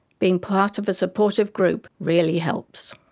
being part of a supportive group really helps.